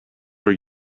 are